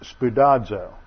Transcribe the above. spudazo